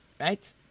right